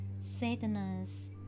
sadness